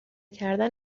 کردن